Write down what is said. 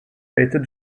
rated